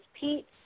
Pete